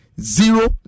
zero